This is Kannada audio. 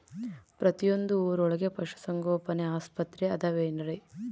ಪ್ರತಿಯೊಂದು ಊರೊಳಗೆ ಪಶುಸಂಗೋಪನೆ ಆಸ್ಪತ್ರೆ ಅದವೇನ್ರಿ?